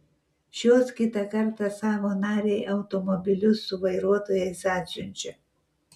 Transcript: šios kitą kartą savo narei automobilius su vairuotojais atsiunčia